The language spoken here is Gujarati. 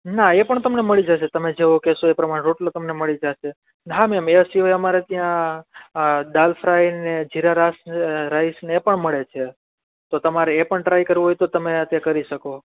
ના એ પણ તમને મળી જશે તમે જેવો કેસો એ પ્રમાણે રોટલો તમને મળી જા શે હા મેમ એના સિવાય અમારે ત્યાં દાળ ફ્રાય ને જીરા રાસ રાઈસ ને એ પણ મળે છે તો તમારે એ પણ ટ્રાય કરવું હોય તો તમે એ કરી શકો